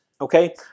okay